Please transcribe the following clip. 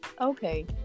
Okay